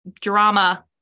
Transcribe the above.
drama